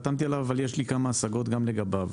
חתמתי עליו, אבל יש לי כמה השגות גם לגביו.